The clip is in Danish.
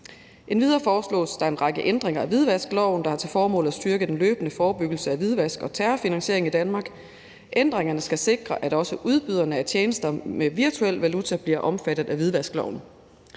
Endvidere foreslås der en række ændringer af hvidvaskloven, der har til formål at styrke den løbende forebyggelse af hvidvask og terrorfinansiering i Danmark. Ændringerne skal sikre, at også udbyderne af tjenester med virtuel valuta bliver omfattet af hvidvaskloven.